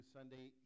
Sunday